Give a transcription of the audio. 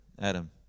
Adam